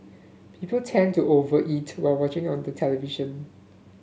people tend to over eat while watching on the television